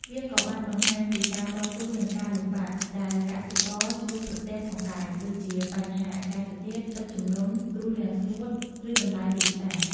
វាក៏បានបង្ហាញពី ការតស៊ូ និងការលំបាក ដែលកសិករជួបប្រទះផងដែរ ដូចជាបញ្ហាអាកាសធាតុ ទឹកជំនន់ គ្រោះរាំងស្ងួត ឬតម្លៃទីផ្សារ។